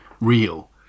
real